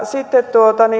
sitten